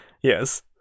Yes